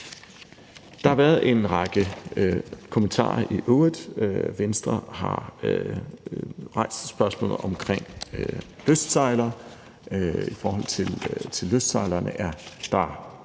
Der har været en række kommentarer i øvrigt. Venstre har rejst spørgsmålet om lystsejlere, og i forhold til lystsejlerne har der